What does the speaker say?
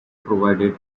provided